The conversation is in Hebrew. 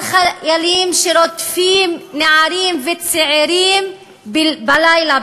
על חיילים שרודפים נערים וצעירים בלילה,